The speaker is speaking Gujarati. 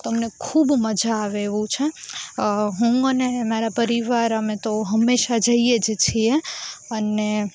તમને ખૂબ મજા આવે એવું છે હું અને મારા પરિવાર અમે તો હંમેશા જઈએ જ છીએ અને